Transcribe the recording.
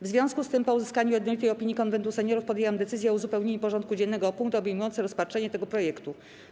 W związku z tym, po uzyskaniu jednolitej opinii Konwentu Seniorów, podjęłam decyzję o uzupełnieniu porządku dziennego o punkt obejmujący rozpatrzenie tego projektu.